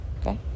Okay